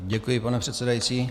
Děkuji, pane předsedající.